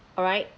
alright